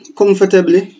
comfortably